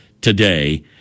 today